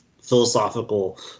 philosophical